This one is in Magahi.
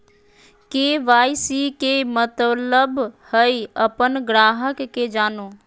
के.वाई.सी के मतलब हइ अपन ग्राहक के जानो